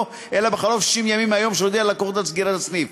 אלא בחלוף 60 ימים מהיום שהודיע ללקוחות על סגירת הסניף.